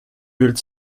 built